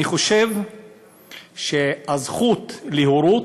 אני חושב שהזכות להורות,